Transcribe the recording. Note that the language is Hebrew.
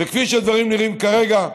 וכפי שהדברים נראים כרגע,